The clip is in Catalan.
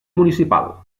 municipal